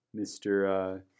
Mr